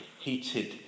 heated